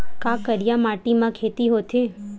का करिया माटी म खेती होथे?